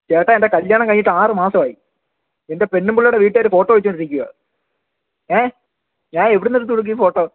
ചേട്ടാ എൻ്റെ കല്യാണം കഴിഞ്ഞിട്ട് ആറ് മാസമായി എൻ്റെ പെണ്ണുമ്പിള്ളയുടെ വീട്ടുകാര് ഫോട്ടോ ചോദിച്ച് കൊണ്ടിരിക്കുവാണ് ഏ ഞാൻ എവിടെ നിന്ന് എടുത്ത് കൊടുക്കും ഈ ഫോട്ടോ